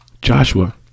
Joshua